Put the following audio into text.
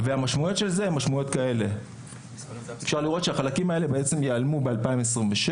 המשמעויות הן: אפשר לראות שהחלקים האלה ייעלמו ב-2026,